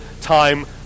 time